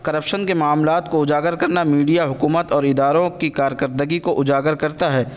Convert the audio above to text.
corruption کے معاملات کو اجاگر کرنا میڈیا حکومت اور اداروں کی کارکردگی کو اجاگر کرتا ہے